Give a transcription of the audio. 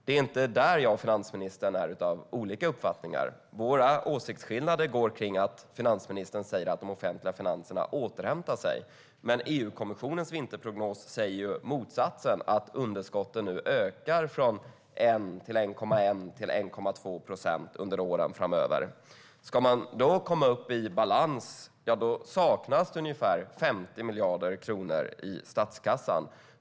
Det är inte där jag och finansministern är av olika uppfattningar, utan våra åsiktsskillnader finns i att finansministern säger att de offentliga finanserna återhämtar sig. EU-kommissionens vinterprognos säger ju motsatsen, nämligen att underskotten nu ökar från 1 procent till 1,1-1,2 procent under åren framöver. Ska man då komma i balans saknas ungefär 50 miljarder kronor i statskassan.